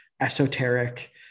esoteric